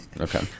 Okay